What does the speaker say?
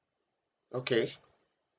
okay